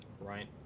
right